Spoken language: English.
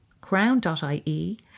crown.ie